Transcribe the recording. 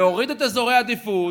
להוריד את אזורי העדיפות,